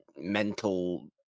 mental